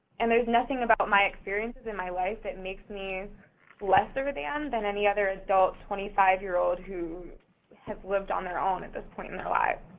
and there's nothing about my experiences and my life that makes me lesser than than any other adult twenty five year old who has lived on their own at this point in their life.